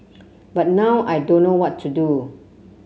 but now I don't know what to do